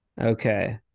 Okay